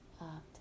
up